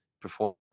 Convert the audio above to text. perform